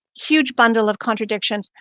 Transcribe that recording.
huge bundle of contradiction.